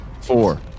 four